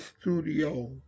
studio